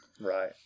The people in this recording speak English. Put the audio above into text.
Right